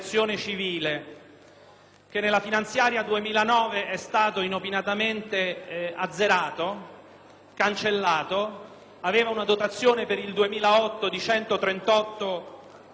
che nella finanziaria 2009 è stato inopinatamente azzerato. Esso aveva una dotazione, per il 2008, di 138 milioni,